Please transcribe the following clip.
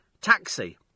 taxi